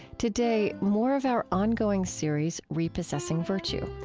today, more of our ongoing series, repossessing virtue.